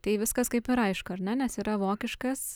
tai viskas kaip ir aišku ar ne nes yra vokiškas